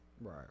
right